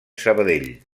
sabadell